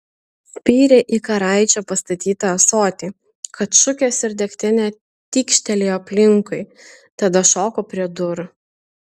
spyrė į karaičio pastatytą ąsotį kad šukės ir degtinė tykštelėjo aplinkui tada šoko prie durų